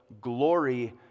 glory